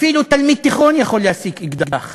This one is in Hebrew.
אפילו תלמיד תיכון יכול להשיג אקדח